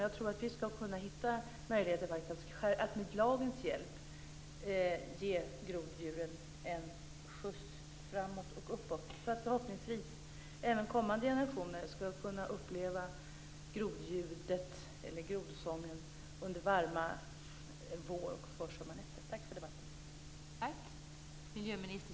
Jag tror att vi med lagens hjälp kan ge groddjuren en skjuts framåt och uppåt, så att förhoppningsvis även kommande generationer skall kunna uppleva grodsången under varma vår och försommarnätter.